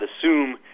assume